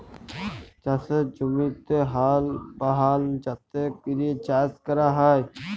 চাষের জমিতে হাল বহাল যাতে ক্যরে চাষ ক্যরা হ্যয়